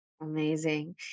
Amazing